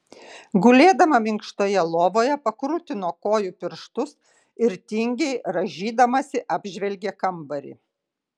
gulėdama minkštoje lovoje pakrutino kojų pirštus ir tingiai rąžydamasi apžvelgė kambarį